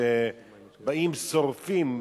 שבאים ושורפים,